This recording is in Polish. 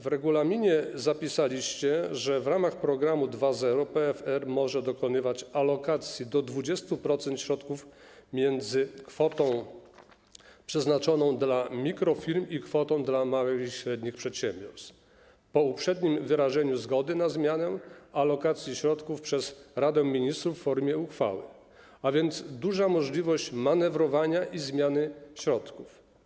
W regulaminie zapisaliście, że w ramach programu 2.0 PFR może dokonywać alokacji do 20% środków między kwotą przeznaczoną dla mikrofirm i kwotą dla małych i średnich przedsiębiorstw po uprzednim wyrażeniu zgody na zmianę alokacji środków przez Radę Ministrów w formie uchwały, a więc istnieje duża możliwość manewrowania i zmiany środków.